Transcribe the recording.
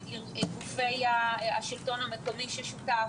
גם הגופים של השלטון המקומי שותפים,